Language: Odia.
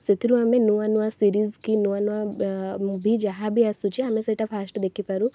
ସେଥିରୁ ଆମେ ନୂଆ ନୂଆ ସିରିଜ୍ କି ନୂଆ ନୂଆ ମୁଭି ଯାହା ବି ଆସୁଛି ଆମେ ସେଇଟା ଫାଷ୍ଟ୍ ଦେଖିପାରୁ